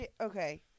Okay